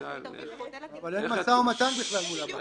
במודל --- אין משא-ומתן בכלל מול הבנקים.